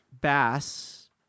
bass